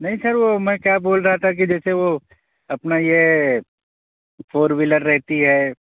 نہیں سر وہ میں کیا بول رہا تھا کہ جیسے وہ اپنا یہ فور وہیلر رہتی ہے